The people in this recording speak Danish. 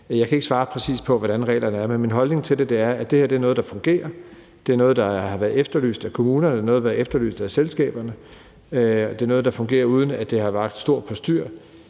Jeg kan ikke svare præcis på, hvordan reglerne er, men min holdning til det er, at det her er noget, der fungerer. Det er noget, der har været efterlyst af kommunerne, det er noget, der har været efterlyst af selskaberne, og det er noget, der fungerer, uden at det har vakt stort postyr,